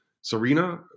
Serena